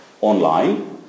online